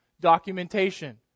documentation